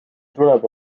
tuleb